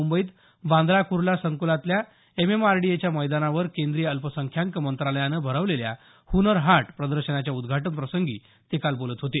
मुंबईत बांद्रा कुर्ला संकुलातल्या एमएमआरडीएच्या मैदानावर केंद्रीय अल्पसंख्याक मंत्रालयानं भरवलेल्या हुनर हाट प्रदर्शनाच्या उद्घाटन प्रसंगी ते बोलत होते